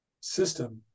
system